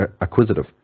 acquisitive